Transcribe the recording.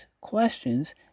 questions